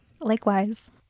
Likewise